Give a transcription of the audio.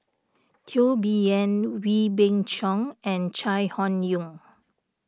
Teo Bee Yen Wee Beng Chong and Chai Hon Yoong